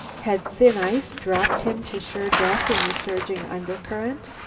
had thin ice dropped him to sure death in the surging undercurrent?